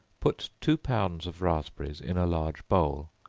put two pounds of raspberries in a large bowl,